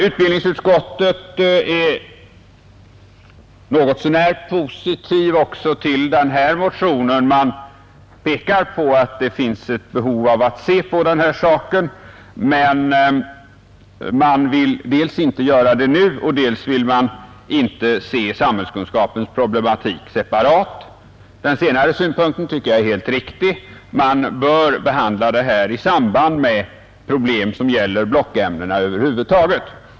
Utbildningsutskottet har varit något så när positivt också till den motionen, och utskottet har pekat på att det finns behov av att se på den frågan, men utskottet vill dels inte göra detta nu, dels inte se samhällskunskapens problematik separat. Den senare synpunkten tycker jag är helt riktig. Man bör behandla denna fråga i samband med problem som gäller blockämnena över huvud taget.